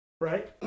Right